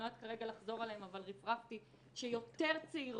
אני לא יודעת כרגע לחזור עליהם אבל רפרפתי שיותר צעירות,